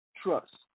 Trust